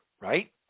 right